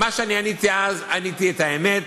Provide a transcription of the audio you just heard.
מה שאני עניתי אז, עניתי את האמת,